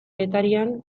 getarian